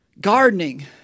gardening